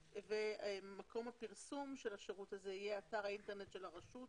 מקום הפרסום הוא באתר האינטרנט של הרשות